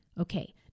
Okay